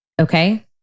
Okay